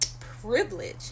privilege